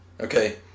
Okay